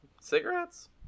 cigarettes